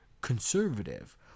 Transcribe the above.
conservative